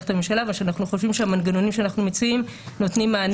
את הממשלה משום שאנחנו חושבים שהמנגנונים שאנחנו מציעים נותנים מענה.